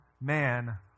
man